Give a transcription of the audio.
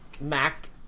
Mac